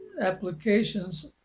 applications